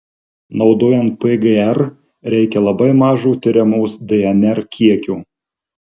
naudojant pgr reikia labai mažo tiriamos dnr kiekio